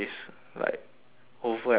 over and over again